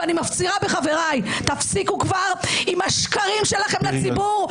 ואני מפצירה בחבריי: תפסיקו כבר עם השקרים שלכם לציבור,